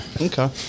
Okay